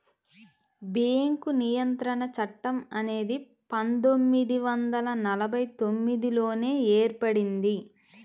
bank నియంత్రణ చట్టం అనేది పందొమ్మిది వందల నలభై తొమ్మిదిలోనే ఏర్పడింది